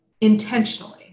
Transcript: intentionally